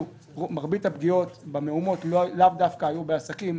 מרבית הפגיעות במהומות לאו דווקא היו בעסקים,